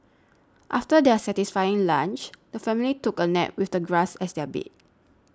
after their satisfying lunch the family took a nap with the grass as their bed